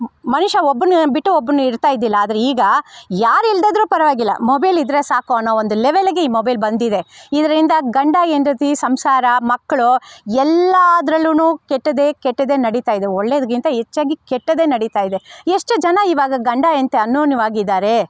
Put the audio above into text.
ಮನುಷ್ಯ ಒಬ್ಬನ್ನ ಬಿಟ್ಟು ಒಬ್ಬನು ಇರ್ತಾಯಿದ್ದಿಲ್ಲ ಆದ್ರೆ ಈಗ ಯಾರು ಇಲ್ಲದೇ ಇದ್ದರೂ ಪರ್ವಾಗಿಲ್ಲ ಮೊಬೈಲ್ ಇದ್ದರೆ ಸಾಕು ಅನ್ನೋ ಒಂದು ಲೆವೆಲಿಗೆ ಈ ಮೊಬೈಲ್ ಬಂದಿದೆ ಇದರಿಂದ ಗಂಡ ಹೆಂಡತಿ ಸಂಸಾರ ಮಕ್ಕಳು ಎಲ್ಲದ್ರಲ್ಲೂ ಕೆಟ್ಟದ್ದೇ ಕೆಟ್ಟದ್ದೇ ನಡೀತಾ ಇದೆ ಒಳ್ಳೇದ್ಕಿಂತ ಹೆಚ್ಚಾಗಿ ಕೆಟ್ಟದ್ದೇ ನಡೀತಾ ಇದೆ ಎಷ್ಟು ಜನ ಇವಾಗ ಗಂಡ ಹೆಂಡ್ತಿ ಅನ್ಯೋನ್ಯವಾಗಿದ್ದಾರೆ